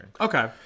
Okay